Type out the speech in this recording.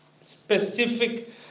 specific